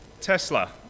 Tesla